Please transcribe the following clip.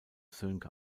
sönke